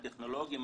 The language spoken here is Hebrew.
הטכנולוגיים,